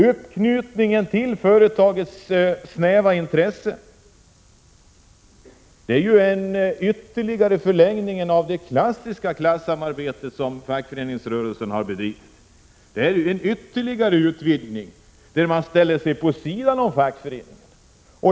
Uppknytningen till företagets snäva intressen är ju en ytterligare förlängning av det klassiska klassamarbete som fackföreningsrörelsen har bedrivit. Det är en utvidgning som innebär att medlemmarna ställer sig vid sidan av fackföreningen.